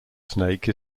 snake